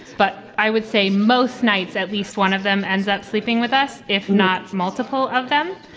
but i would say most nights at least one of them ends up sleeping with us, if not multiple of them.